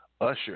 Usher